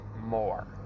more